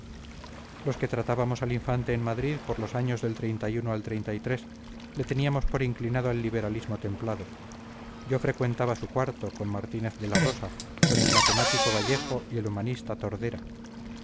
los que tratábamos al infante en madrid por los años del al le teníamos por inclinado al liberalismo templado yo frecuentaba su cuarto con martínez de la rosa con el matemático vallejo y el humanista tordera